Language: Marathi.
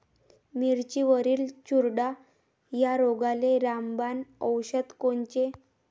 मिरचीवरील चुरडा या रोगाले रामबाण औषध कोनचे?